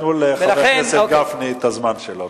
תנו לחבר הכנסת גפני את הזמן שלו.